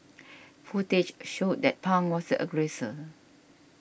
footage showed that Pang was a aggressor